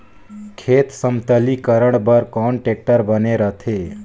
खेत समतलीकरण बर कौन टेक्टर बने रथे?